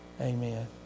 Amen